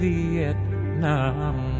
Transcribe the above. Vietnam